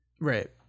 Right